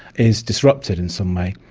is disrupted in some way.